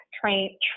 train